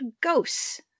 ghosts